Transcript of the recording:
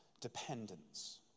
dependence